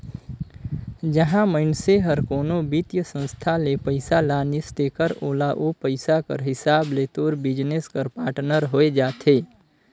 जहां मइनसे हर कोनो बित्तीय संस्था ले पइसा लानिस तेकर ओला ओ पइसा कर हिसाब ले तोर बिजनेस कर पाटनर होए जाथे